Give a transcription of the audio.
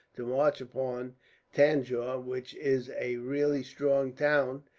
to march upon tanjore, which is a really strong town,